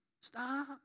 Stop